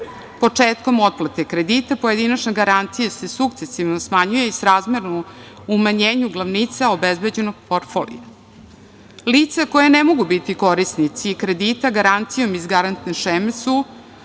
Početkom otplate kredita pojedinačna garancija se sukcesivno smanjuje i srazmerno umanjenju glavnica obezbeđenog portfolijom. Lica koja ne mogu biti korisnici kredita garancijom iz garantne šeme su